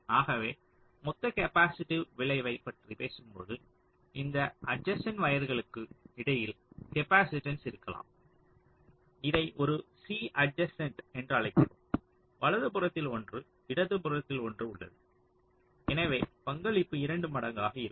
ஆகவே மொத்த கேப்பாசிட்டிவ் விளைவைப் பற்றி பேசும்போது இந்த அட்ஜஸ்ண்ட் வயர்களுக்கு இடையில் கேப்பாசிட்டன்ஸ் இருக்கலாம் இதை ஒரு C அட்ஜஸ்ண்ட் என்று அழைக்கிறோம் வலதுபுறத்தில் ஒன்று இடதுபுறத்தில் ஒன்று உள்ளது எனவே பங்களிப்பு இரண்டு மடங்கு ஆகும்